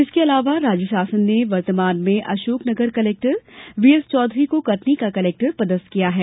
इसके अलावा राज्य शासन ने वर्तमान में अशोक नगर कलेक्टर वी एसचौधरी को कटनी का कलेक्टर पदस्थ किया है